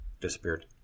Disappeared